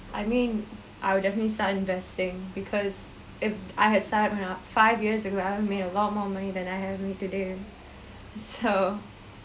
I mean I will definitely start investing because if I had started when I wa~ five years ago I would have made a lot more money than I have me today so